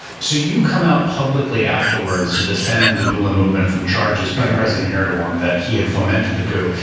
so you come out publicly afterward to defend the gulen movement from charges by president erdogan that he had fomented the coup.